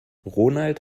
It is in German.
ronald